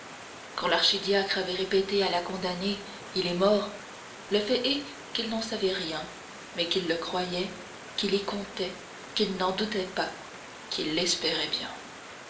quand l'archidiacre avait répété à la condamnée il est mort le fait est qu'il n'en savait rien mais qu'il le croyait qu'il y comptait qu'il n'en doutait pas qu'il l'espérait bien